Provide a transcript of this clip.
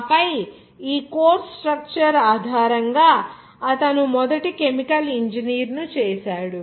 ఆపై ఈ course structure ఆధారంగా అతను మొదటి కెమికల్ ఇంజనీర్ను చేశాడు